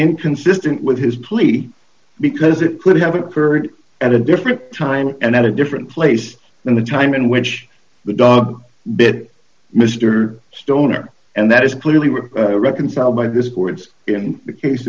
inconsistent with his plea because it could have occurred at a different time and at a different place than the time in which the dog bit mr stoner and that is clearly were reconciled by this court's in the case